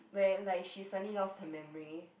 when like she suddenly lost her memory